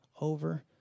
over